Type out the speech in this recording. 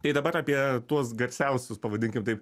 tai dabar apie tuos garsiausius pavadinkim taip